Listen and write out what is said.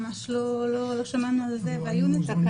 ממש לא שמענו על זה והיו נציגים.